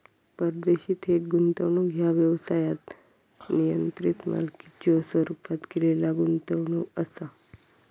परदेशी थेट गुंतवणूक ह्या व्यवसायात नियंत्रित मालकीच्यो स्वरूपात केलेला गुंतवणूक असा